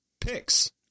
picks